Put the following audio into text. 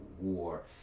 war